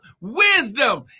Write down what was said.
Wisdom